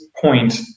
point